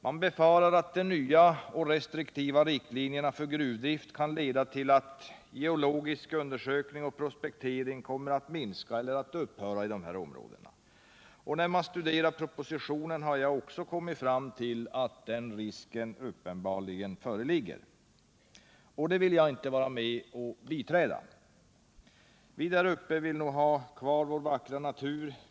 Man befarar att de nya och restriktiva riktlinjerna för gruvdrift kan leda till att geologisk undersökning och prospektering kommer att minska eller upphöra i dessa områden. När jag studerar propositionen har också jag kommit fram till att den risken föreligger. Och det vill jag inte vara med om att biträda. Vi där uppe vill nog ha kvar vår vackra natur.